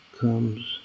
comes